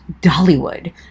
dollywood